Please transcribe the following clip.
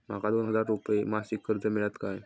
माका दोन हजार रुपये मासिक कर्ज मिळात काय?